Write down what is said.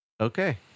Okay